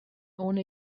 ohne